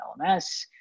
LMS